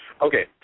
Okay